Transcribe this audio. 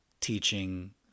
teaching